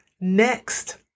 Next